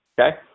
Okay